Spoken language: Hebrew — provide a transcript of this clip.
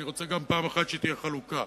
אני רוצה גם שפעם אחת תהיה חלוקה.